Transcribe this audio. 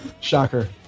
Shocker